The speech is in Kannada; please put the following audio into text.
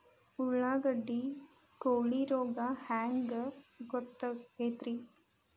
ಉಳ್ಳಾಗಡ್ಡಿ ಕೋಳಿ ರೋಗ ಹ್ಯಾಂಗ್ ಗೊತ್ತಕ್ಕೆತ್ರೇ?